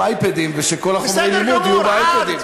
אייפדים ושכל חומר הלימוד יהיה באייפדים.